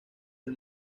del